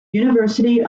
university